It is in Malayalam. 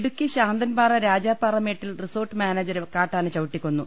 ഇടുക്കി ശാന്തൻപാറ രാജാപാറമേട്ടിൽ റിസോർട്ട് മാനേജരെ കാട്ടാന ചവിട്ടികൊന്നു